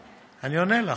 אני עונה לך.